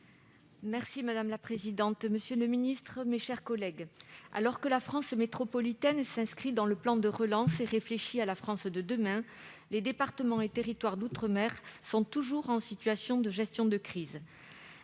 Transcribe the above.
Mme Viviane Artigalas. Monsieur le secrétaire d'État, alors que la France métropolitaine s'inscrit dans le plan de relance et réfléchit à la « France de demain », les départements et territoires d'outre-mer sont toujours en situation de gestion de crise.